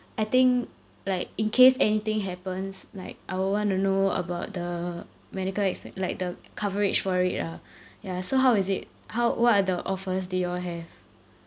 I think like in case anything happens like I will want to know about the medical expe~ like the coverage for it ah ya so how is it how what are the offers that you all have